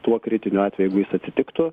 tuo kritiniu atveju jeigu jis atitiktų